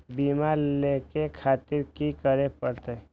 बीमा लेके खातिर की करें परतें?